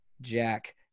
Jack